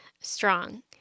strong